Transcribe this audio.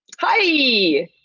Hi